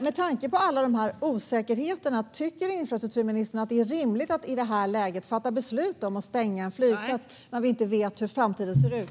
Med tanke på alla de här osäkerheterna, tycker infrastrukturministern att det är rimligt att i det här läget fatta beslut om att stänga en flygplats? Vi vet inte hur framtiden ser ut.